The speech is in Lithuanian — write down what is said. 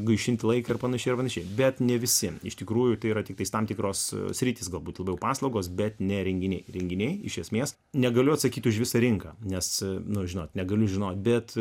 gaišinti laiką ir panašiai ir panašiai bet ne visiems iš tikrųjų tai yra tiktais tam tikros sritys galbūt labiau paslaugos bet ne renginiai renginiai iš esmės negaliu atsakyt už visą rinką nes nu žinot negali žinot bet